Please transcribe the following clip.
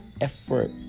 effort